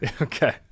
Okay